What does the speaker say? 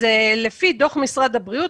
לפי דוח משרד הבריאות,